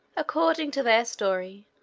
according to their story,